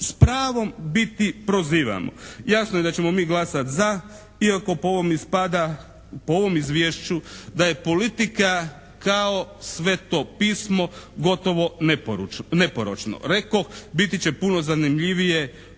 pravom biti prozivani. Jasno je da ćemo mi glasati za iako po ovome ispada, po ovom izvješću da je politika kao "Sveto pismo" gotovo neporočno. Rekoh, biti će puno zanimljivije